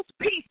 peace